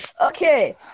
Okay